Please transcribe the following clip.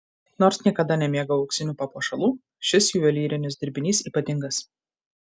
nors niekada nemėgau auksinių papuošalų šis juvelyrinis dirbinys ypatingas